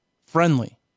friendly